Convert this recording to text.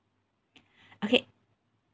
okay